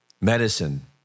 medicine